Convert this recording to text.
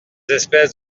espèces